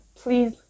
please